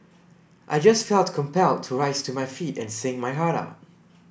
I just felt compelled to rise to my feet and sing my heart out